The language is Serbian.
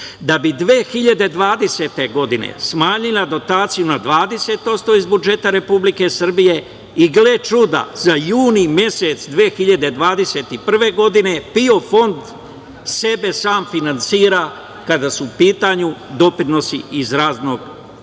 da bi 2020. godine smanjila dotacije na 20% iz budžeta Republike Srbije i gle čuda, za juni mesec 2021. godine PIO Fond sebe sam finansira, kada su u pitanju doprinosi iz radnog odnosa. Šta